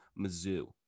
mizzou